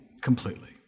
completely